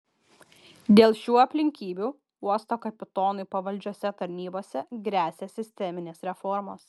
dėl šių aplinkybių uosto kapitonui pavaldžiose tarnybose gresia sisteminės reformos